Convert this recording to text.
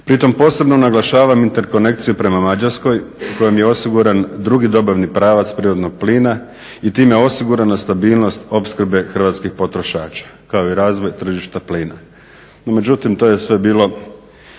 Pritom posebno naglašavam interkonekciju prema Mađarskoj kojom je osiguran drugi dobavni pravac prirodnog plina i time osigurana stabilnost opskrbe hrvatskih potrošača kao i razvoj tržišta plina. Međutim, to je sve bilo